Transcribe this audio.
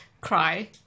cry